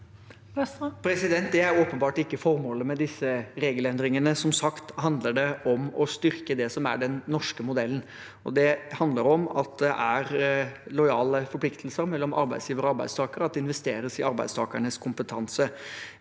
Det er åpenbart ikke formålet med disse regelendringene. Som sagt handler det om å styrke det som er den norske modellen, og det handler om at det er lojale forpliktelser mellom arbeidsgiver og arbeidstaker, og at det investeres i arbeidstakernes kompetanse.